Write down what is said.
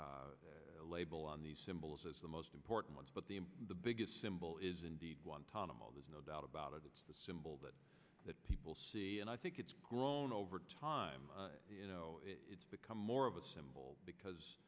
a label on these symbols as the most important ones but the biggest symbol is indeed guantanamo there's no doubt about it it's the symbol that that people see and i think it's grown over time it's become more of a symbol because